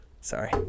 Sorry